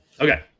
Okay